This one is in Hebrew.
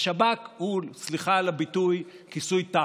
השב"כ הוא, סליחה על הביטוי, כיסוי תחת.